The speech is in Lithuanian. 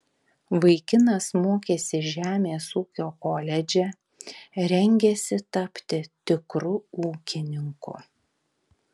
vaikinas mokėsi žemės ūkio koledže rengėsi tapti tikru ūkininku